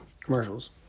Commercials